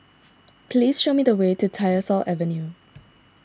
please show me the way to Tyersall Avenue